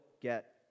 get